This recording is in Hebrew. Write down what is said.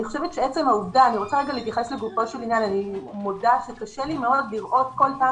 אני רוצה להתייחס לגופו של עניין ואני מודה שקשה לי מאוד לראות כל פעם